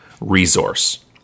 resource